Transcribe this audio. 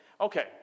okay